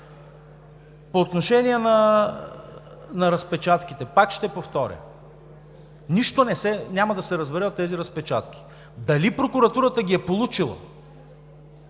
По отношение на разпечатките, пак ще повторя. Нищо няма да се разбере от тези разпечатки дали прокуратурата ги е получила